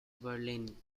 verlaine